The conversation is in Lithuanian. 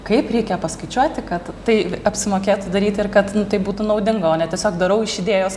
kaip reikia paskaičiuoti kad tai apsimokėtų daryt ir kad nu tai būtų naudinga o ne tiesiog darau iš idėjos